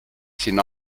sinna